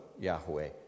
Yahweh